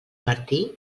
martí